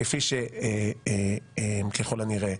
כפי שככל הנראה